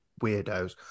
weirdos